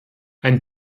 ein